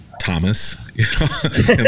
Thomas